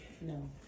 No